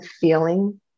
feeling